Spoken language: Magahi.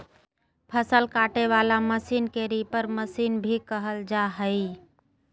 फसल काटे वला मशीन के रीपर मशीन भी कहल जा हइ